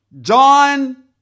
John